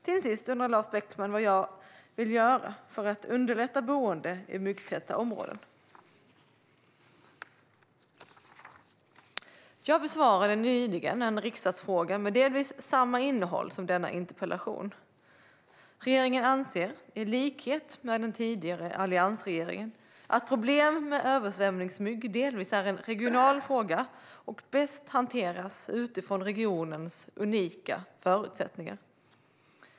Till sist undrar Lars Beckman vad jag vill göra för att underlätta boende i myggtäta områden. Jag besvarade nyligen en riksdagsfråga med delvis samma innehåll som denna interpellation. Regeringen anser, i likhet med den tidigare alliansregeringen, att problemen med översvämningsmygg delvis är en regional fråga och bäst hanteras utifrån regionens unika förutsättningar.